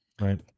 Right